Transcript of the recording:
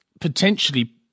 potentially